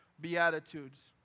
beatitudes